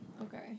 okay